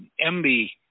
MB